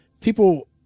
people